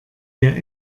wir